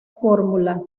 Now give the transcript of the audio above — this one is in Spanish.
fórmula